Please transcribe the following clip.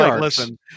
listen